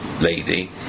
lady